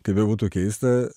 kaip bebūtų keista